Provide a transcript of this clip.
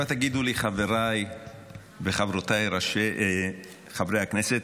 עכשיו, תגידו לי, חבריי וחברותיי חברי הכנסת,